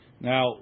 Now